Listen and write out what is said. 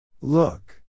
Look